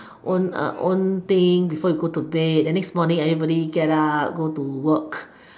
own a own thing before you go to bed the next morning everybody get up go to work